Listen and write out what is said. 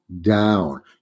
down